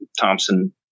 Thompson